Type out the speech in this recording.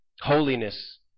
holiness